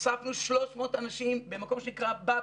הוספנו 300 אנשים במקום שנקרא באבקום,